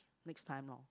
next time loh